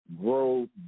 grow